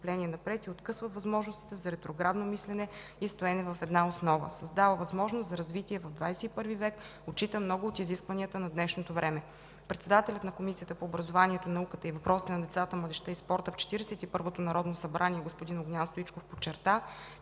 възможностите за ретроградно мислене и стоене в една основа; създава възможност за развитие в ХХІ век, отчита много от изискванията на днешното време. Председателят на Комисията по образованието, науката и въпросите на децата, младежта и спорта в 41-то Народно събрание господин Огнян Стоичков подчерта,